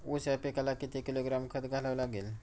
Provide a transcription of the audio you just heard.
ऊस या पिकाला किती किलोग्रॅम खत द्यावे लागेल?